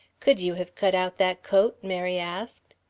could you have cut out that coat? mary asked.